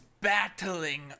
battling